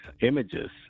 images